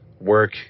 work